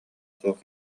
суох